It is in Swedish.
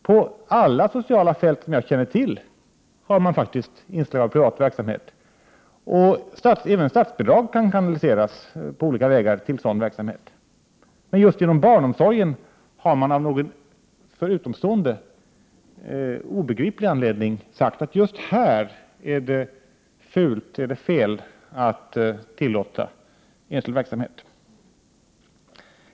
På alla andra sociala fält än barnomsorgen som jag känner till har man faktiskt inslag av privat verksamhet, och även statsbidrag kan kanaliseras på olika vägar till sådan verksamhet. Men just inom barnomsorgen har man av någon för utomstående obegriplig anledning sagt att här är det fult eller fel att tillåta enskild verksamhet.